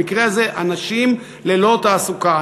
במקרה הזה אנשים ללא תעסוקה,